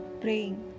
praying